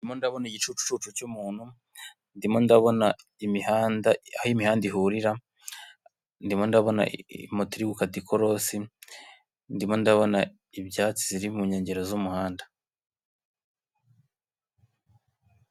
Ndabona igicucu cy'umuntu ndimo ndabona imihanda, aho imihanda ihurira, ndimo ndabona moto iri gukata ikorosi, ndimo ndabona ibyatsi ziri mu nkengero z'umuhanda.